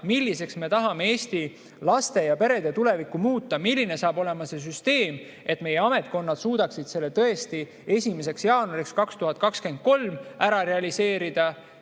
milliseks me tahame Eesti laste ja perede tulevikku muuta, milline saab olema see süsteem, et meie ametkonnad suudaksid selle tõesti 1. jaanuariks 2023 realiseerida.